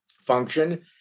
function